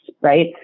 Right